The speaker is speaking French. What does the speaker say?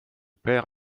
perd